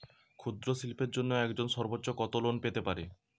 ক্ষুদ্রশিল্পের জন্য একজন সর্বোচ্চ কত লোন পেতে পারে?